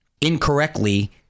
incorrectly